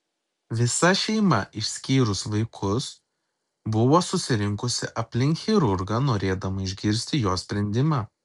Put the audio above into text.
visa šeima išskyrus vaikus buvo susirinkusi aplink chirurgą norėdama išgirsti jo sprendimą